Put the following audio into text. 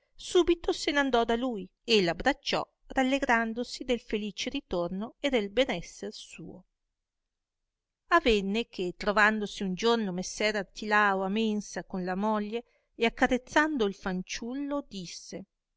subito se n andò a lui e l'abbracciò rallegrandosi del felice ritorno e del ben esser suo avenne che trovandosi un giorno messer artilao a mensa con la moglie e accarezzando il fanciullo disse